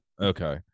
Okay